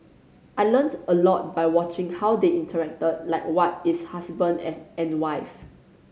I learnt a lot by watching how they interacted like what is husband and wife